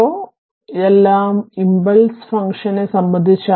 അതിനാൽ ഇതെല്ലാം ഇംപൾസ് ഫംഗ്ഷനെ സംബന്ധിച്ചാണ്